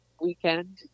weekend